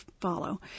follow